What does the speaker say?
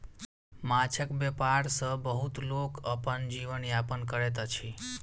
माँछक व्यापार सॅ बहुत लोक अपन जीवन यापन करैत अछि